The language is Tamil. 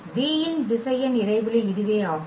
V இன் திசையன் இடைவெளி இதுவே ஆகும்